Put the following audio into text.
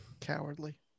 Cowardly